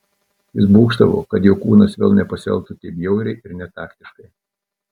jis būgštavo kad jo kūnas vėl nepasielgtų taip bjauriai ir netaktiškai